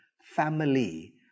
family